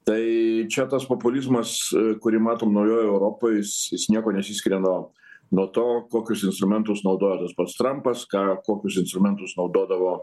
tai čia tas populizmas kurį matom naujoj europoj jis niekuo nesiskiria nuo nuo to kokius instrumentus naudoja tas pats trampas ką kokius instrumentus naudodavo